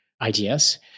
ideas